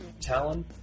Talon